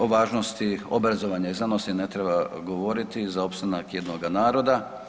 O važnosti obrazovanja i znanosti ne treba govoriti za opstanak jednoga naroda.